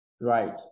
Right